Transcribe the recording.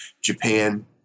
Japan